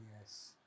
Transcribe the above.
Yes